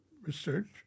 research